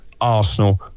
Arsenal